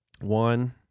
one